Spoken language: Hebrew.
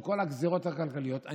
עם כל הגזרות הכלכליות,